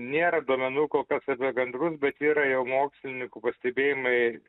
nėra duomenų kol kas apie gandrus bet yra jau mokslininkų pastebėjimai